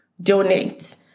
donate